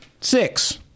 Six